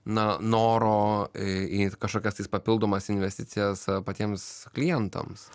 na noro į kažkokias papildomas investicijas patiems klientams